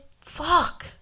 fuck